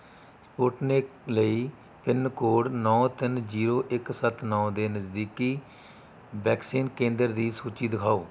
Sputnik ਲਈ pin code ਨੌ ਤਿੰਨ ਜ਼ੀਰੋ ਇੱਕ ਸੱਤ ਨੌ ਦੇ ਨਜ਼ਦੀਕੀ ਵੈਕਸੀਨ ਕੇਂਦਰ ਦੀ ਸੂਚੀ ਦਿਖਾਓ